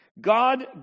God